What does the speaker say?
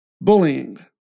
bullying